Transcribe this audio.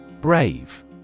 Brave